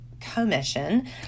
commission